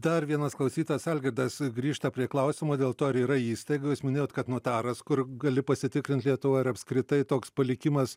dar vienas klausytojas algirdas grįžta prie klausimo dėl to ar yra įstaiga jūs minėjot kad notaras kur gali pasitikrint lietuvoj ar apskritai toks palikimas